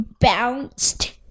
bounced